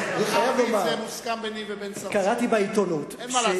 זה מוסכם ביני לבין צרצור.